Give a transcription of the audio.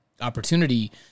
opportunity